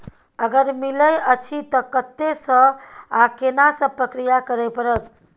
अगर मिलय अछि त कत्ते स आ केना सब प्रक्रिया करय परत?